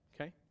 okay